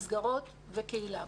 מסגרות וקהילה.